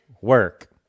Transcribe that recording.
work